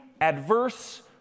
adverse